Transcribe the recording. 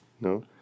no